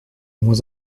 moins